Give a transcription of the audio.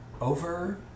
over